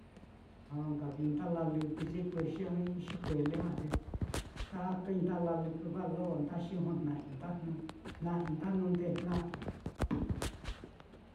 Na nka vii nda lalɨkɨ ikuexi ɨ́ɨ́n ɨ́ɨ́n-i xikuele já ye takai nda lalalɨkɨ balon nda xijojna'ai nda jnɨ jna'ai, nda jnunde jnai.